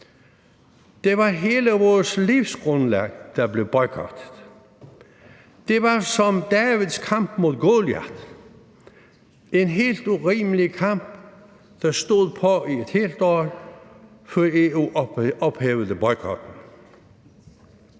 Det var hele vores livsgrundlag, der blev boykottet. Det var som Davids kamp mod Goliat, en helt urimelig kamp, der stod på i et helt år, før EU ophævede boykotten.